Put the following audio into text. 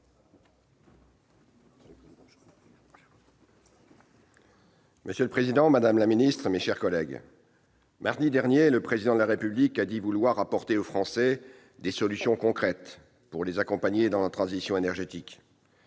Monsieur le président, madame la ministre, mes chers collègues, mardi dernier, le Président de la République a dit vouloir apporter aux Français « des solutions concrètes » pour les accompagner dans la transition énergétique.